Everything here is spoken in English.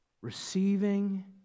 receiving